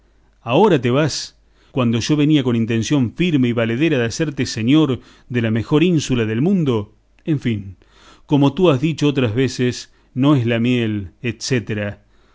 ahora te vas cuando yo venía con intención firme y valedera de hacerte señor de la mejor ínsula del mundo en fin como tú has dicho otras veces no es la miel